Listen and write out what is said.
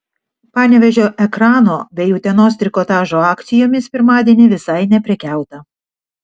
panevėžio ekrano bei utenos trikotažo akcijomis pirmadienį visai neprekiauta